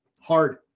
hard